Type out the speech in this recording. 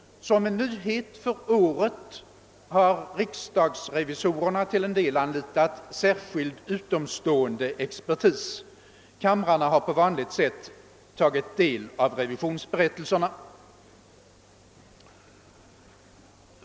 Som en nyhet för året har dessa till en del anlitat särskild, utomstående expertis. Kamrarna har på vanligt sätt tagit del av revisionsberättelserna.